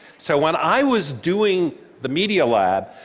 so when i was doing the media lab,